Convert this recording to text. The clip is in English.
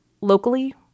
locally